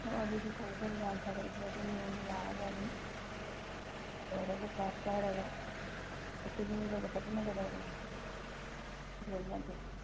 ꯍꯣꯏ ꯑꯗꯨꯗꯤ ꯐꯔꯦ ꯐꯔꯦ ꯌꯥꯝ ꯐꯔꯦ ꯑꯩꯈꯣꯏ ꯑꯗꯨꯝ ꯅꯣꯡꯃ ꯂꯥꯛꯑꯒ ꯑꯗꯨꯝ ꯀꯧꯗꯧꯔꯒ ꯄꯥꯁ ꯄꯥꯏꯔꯒ ꯀꯩꯗꯧꯔꯒꯦ ꯌꯦꯡꯂꯒꯦ